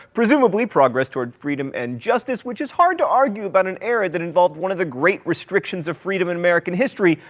presumably progress toward freedom and justice, which is hard to argue about an era that involved one of the great restrictions on freedom in american history,